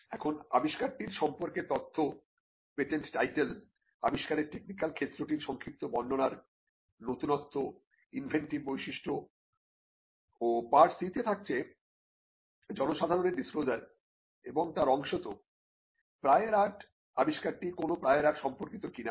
এখন আবিষ্কারটির সম্পর্কে তথ্য পেটেন্ট টাইটেল আবিষ্কারের টেকনিক্যাল ক্ষেত্রটির সংক্ষিপ্ত বর্ণনার নতুনত্ব ইনভেন্টিভ বৈশিষ্ট্য ও পার্ট C তে থাকছে জনসাধারণের ডিসক্লোজার এবং তার অংশত প্রায়র আর্ট আবিষ্কারটি কোন প্রায়র আর্ট সম্পর্কিত কিনা